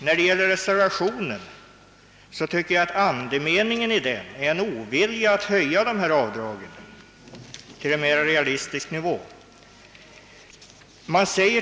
Reservationen andas en ovilja att höja avdraget till en mera realistisk nivå.